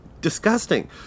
disgusting